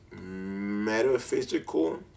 metaphysical